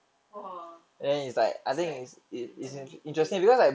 !wah! it's like macam the